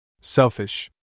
Selfish